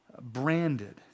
branded